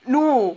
no